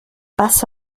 vas